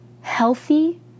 healthy